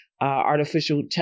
artificial